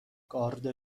گارد